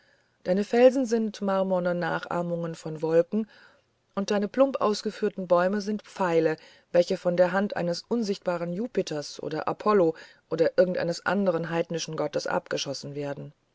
deine felsen sind marmorne nachahmungen von wolken und deine plump ausgeführten bäume sind pfeile welche von der hand eines unsichtbaren jupiter oder apollo oder irgendeines andern heidnischen gottes abgeschossen werden